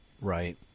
Right